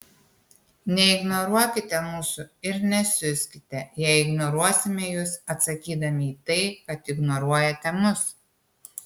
neignoruokite mūsų ir nesiuskite jei ignoruosime jus atsakydami į tai kad ignoruojate mus